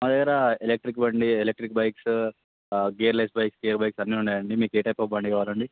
మా దగ్గర ఎలెక్ట్రిక్ బండి ఎలెక్ట్రిక్ బైక్స్ గేర్లెస్ బైక్స్ కే బైక్స్ అన్నీ ఉన్నాయండి మీకు ఏ టైప్ ఆఫ్ బండి కావాలండి